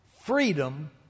freedom